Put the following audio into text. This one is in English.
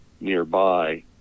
nearby